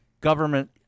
government